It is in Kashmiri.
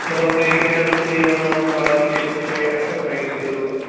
مطلب پٔری محل چھُو تُہۍ وَنان باقٕے چشمہ شاہی اَتہِ چھِ حظ نایِٹ سِٹے روزان